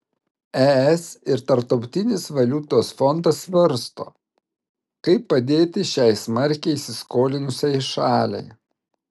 es ir tarptautinis valiutos fondas svarsto kaip padėti šiai smarkiai įsiskolinusiai šaliai